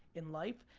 in life,